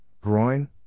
groin